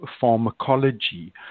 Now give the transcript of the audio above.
pharmacology